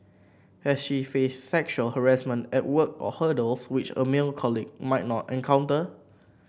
has she faced sexual harassment at work or hurdles which a male colleague might not encounter